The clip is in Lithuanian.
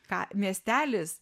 ką miestelis